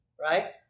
Right